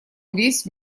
весь